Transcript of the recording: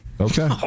Okay